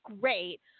great